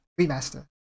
remaster